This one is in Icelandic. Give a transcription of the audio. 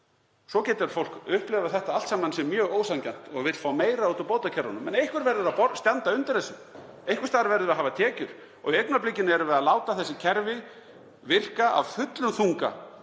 Svo getur fólk upplifað þetta allt saman sem mjög ósanngjarnt og vill fá meira út úr bótakerfunum. En einhver verður að standa undir þessu. Einhvers staðar verðum við að fá tekjur. Og í augnablikinu erum við að láta þessi kerfi virka af fullum þunga